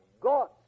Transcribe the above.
God